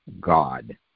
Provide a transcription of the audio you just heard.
God